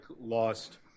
Lost